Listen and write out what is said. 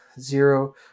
zero